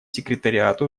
секретариату